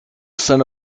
senna